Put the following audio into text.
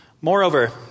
Moreover